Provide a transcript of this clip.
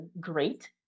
great